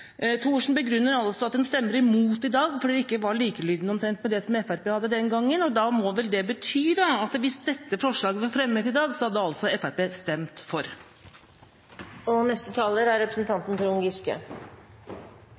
Thorsen begrunner altså det at de stemmer imot i dag, med at det ikke var likelydende med det som Fremskrittspartiet hadde den gangen. Da må vel det bety at hvis dette forslaget var blitt fremmet i dag, hadde altså Fremskrittspartiet stemt for. Jeg synes det siste innlegget til statsråden var av langt høyere kvalitet enn de forrige, og